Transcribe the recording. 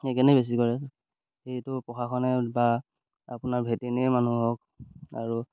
সেইকাৰণে বেছি কৰে সেইটো প্ৰশাসনে বা আপোনাৰ ভেটেনেৰী মানুহক আৰু